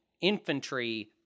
infantry